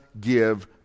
give